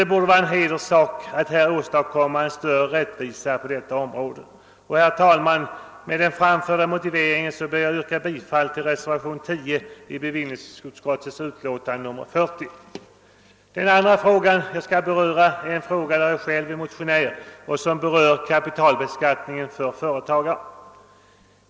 Det borde vara en hederssak att åstadkomma en större rättvisa på detta område. Herr talman! Med det anförda ber jag att få yrka bifall till reservationen 10 vid bevillningsutskottets betänkande nr 40. I den andra fråga jag skall beröra är jag själv motionär. Den gäller kapitalbeskattningen för företagare.